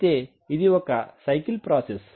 అయితే ఇది ఒక సైకిల్ ప్రాసెస్